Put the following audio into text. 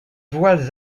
voiles